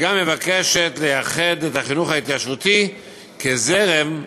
וגם מבקשת לייחד את החינוך ההתיישבותי כזרם,